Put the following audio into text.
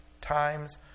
times